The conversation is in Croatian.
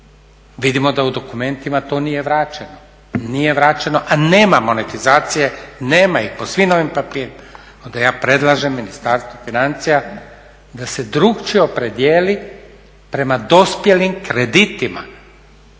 Vidimo da u dokumentima to nije vraćeno, a nema monetizacije, nema po svim ovim papirima. Onda ja predlažem Ministarstvu financija da se drukčije opredijeli prema dospjelim kreditima